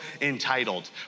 entitled